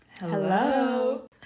Hello